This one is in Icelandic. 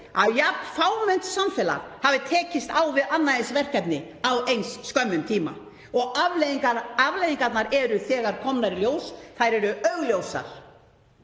að jafn fámennt samfélag hafi tekist á við annað eins verkefni á eins skömmum tíma. Afleiðingarnar eru þegar komnar í ljós, þær eru augljósar